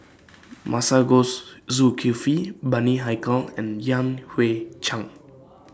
Masagos Zulkifli Bani Haykal and Yan Hui Chang